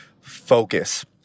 focus